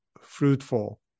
fruitful